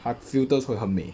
它 filter 出来很美